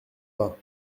pas